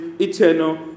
eternal